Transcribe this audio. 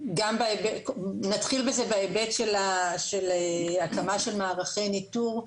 נתחיל בהיבט של הקמה של מערכי ניטור.